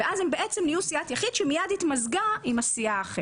אז הן נהיו סיעת יחיד שמיד התמזגה עם הסיעה האחרת.